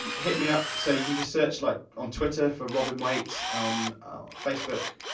um hit me up so you can just search, like, on twitter, for robin waite on facebook,